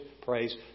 praise